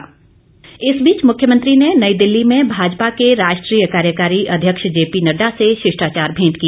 मेंट इस बीच मुख्यमंत्री ने नई दिल्ली में भाजपा के राष्ट्रीय कार्यकारी अध्यक्ष जेपी नड्डा से शिष्टाचार भेंट की